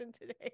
today